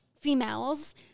females